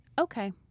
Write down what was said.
Okay